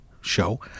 Show